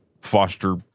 foster